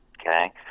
okay